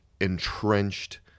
entrenched